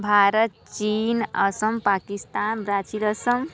भारत चीन असम पाकिस्तान ब्राज़ील असम